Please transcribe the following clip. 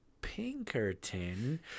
Pinkerton